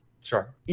Sure